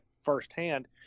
firsthand